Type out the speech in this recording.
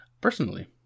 personally